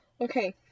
Okay